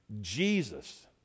Jesus